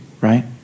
right